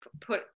put